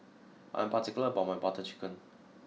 I'm particular about my Butter Chicken